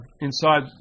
Inside